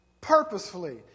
purposefully